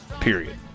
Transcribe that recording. period